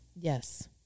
Yes